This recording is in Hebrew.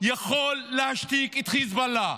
יכול להשתיק את חיזבאללה,